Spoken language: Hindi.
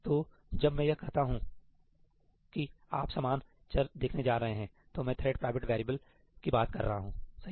तो जब मैं यह कहता हूं की आप समान चर देखने जा रहे हैं तो मैं थ्रेड प्राइवेट वेरिएबल की बात कर रहा हूं सही है